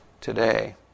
today